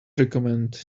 recommend